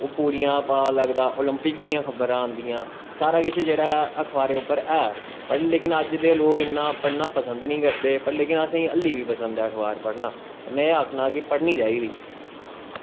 ओह् पूरियें दा पता लगदा ओलंपिक दियां खबरां आंदियां सारा किश जेह्ड़ा अखबारें बिच्च ऐ पर अज दे लोग इन्ना पढ़ना पसंद नी करदे लेकिन असेंगी हाल्ली बी पसंद ऐ अखबार पढ़ना ते में आखना कि पढ़नी चाही दी